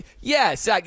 Yes